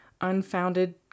unfounded